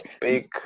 big